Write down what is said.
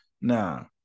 Now